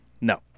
no